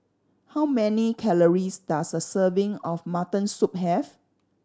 how many calories does a serving of mutton soup have